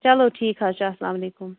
چلو ٹھیٖک حظ چھُ السلامُ علیکُم